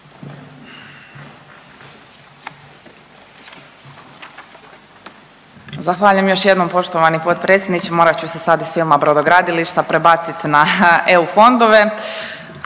Zahvaljujem još jednom poštovani potpredsjedniče. Morat ću se sad iz filma brodogradilišta prebaciti na EU fondove,